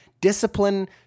discipline